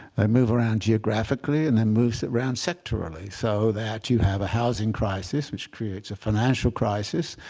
they move around geographically. and they move around sectorially so that you have a housing crisis, which creates a financial crisis,